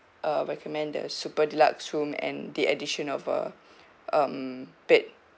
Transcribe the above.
uh recommend the super deluxe room and the addition of a um bed